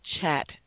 chat